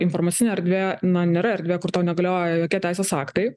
informacinė erdvė na nėra erdvė kur tau negalioja jokie teisės aktai